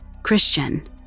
Christian